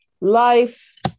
life